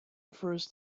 refers